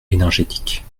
énergétique